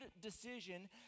decision